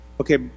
okay